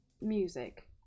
music